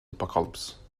apocalypse